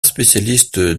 spécialiste